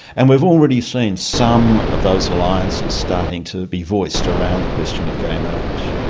and we've already seen some of those alliances starting to be voiced around the question of gay marriage.